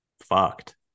fucked